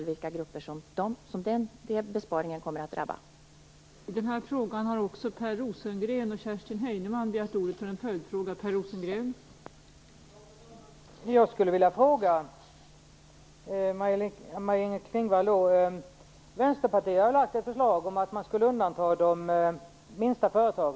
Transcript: Vilka grupper som den besparingen kommer att drabba kan vi i så fall också förstå.